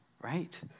right